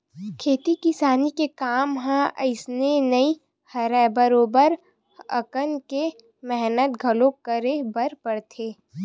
खेती किसानी के काम ह अइसने नइ राहय बरोबर हकन के मेहनत घलो करे बर परथे